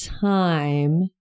time